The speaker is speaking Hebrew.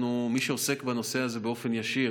מי שעוסק בזה באופן ישיר